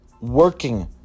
working